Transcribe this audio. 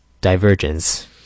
divergence